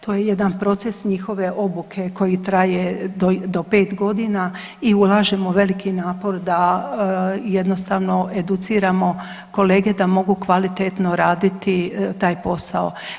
To je jedan proces njihove obuke koji traje do pet godina i ulažemo veliki napor da jednostavno educiramo kolege da mogu kvalitetno raditi taj posao.